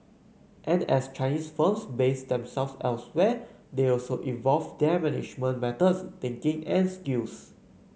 and as Chinese firms base themselves elsewhere they also evolve their management methods thinking and skills